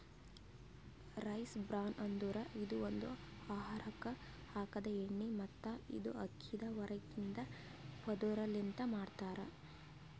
rice bran ಅಂದುರ್ ಇದು ಒಂದು ಆಹಾರಕ್ ಹಾಕದ್ ಎಣ್ಣಿ ಮತ್ತ ಇದು ಅಕ್ಕಿದ್ ಹೊರಗಿಂದ ಪದುರ್ ಲಿಂತ್ ಮಾಡ್ತಾರ್